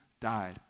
died